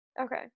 Okay